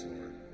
Lord